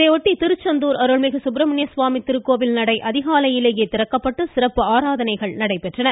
இதையொட்டி திருச்செந்தூா் அருள்மிகு சுப்பிரமணியசுவாமி திருக்கோவில் நடை அதிகாலையிலேயே திறக்கப்பட்டு சிறப்பு ஆராதணைகள் நடைபெற்றன